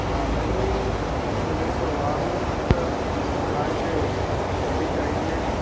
ਹਾਂ ਮੈਨੂੰ ਅਤੇ ਮੇਰੇ ਪਰਿਵਾਰ ਨੂੰ ਇੱਕ ਕਿਰਾਏ 'ਤੇ ਗੱਡੀ ਚਾਹੀਦੀ ਹੈ ਜੀ